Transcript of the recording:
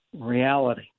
reality